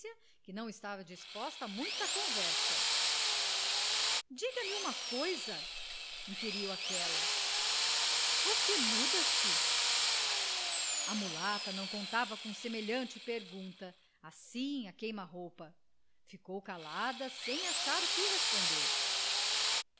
que não estava disposta a muita conversa diga-me uma coisa inquiriu aquela você muda-se a mulata não contava com semelhante pergunta assim à queima-roupa ficou calada sem achar o que responder